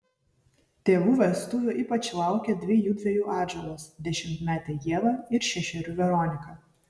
tėvų vestuvių ypač laukė dvi jųdviejų atžalos dešimtmetė ieva ir šešerių veronika